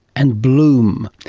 and bloom.